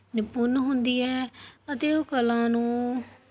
ਨਿਪੁੰਨ ਹੁੰਦੀ ਹੈ ਅਤੇ ਉਹ ਕਲਾ ਨੂੰ